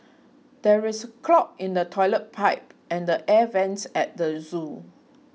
there is a clog in the Toilet Pipe and the Air Vents at the zoo